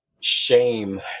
Shame